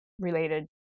related